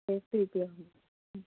வித்தியாசம் ம்